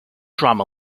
drama